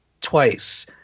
twice